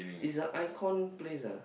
it's a icon place ah